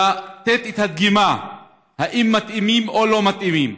לתת דגימה אם הם מתאימים או לא מתאימים.